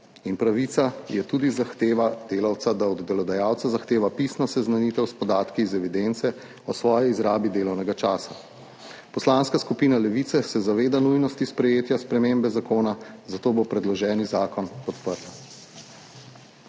pravica je tudi zahteva delavca, da od delodajalca zahteva pisno seznanitev s podatki iz evidence o svoji izrabi delovnega časa. Poslanska skupina Levice se zaveda nujnosti sprejetja spremembe zakona, zato bo predloženi zakon podprla.